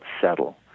settle